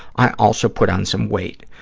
i also put on some weight.